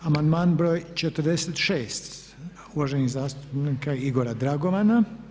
Amandman broj 46. uvaženog zastupnika Igora Dragovana.